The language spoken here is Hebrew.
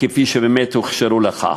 כפי שהוכשרו לכך.